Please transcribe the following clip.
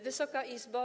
Wysoka Izbo!